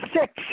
six